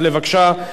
בבקשה,